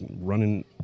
running